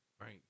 Right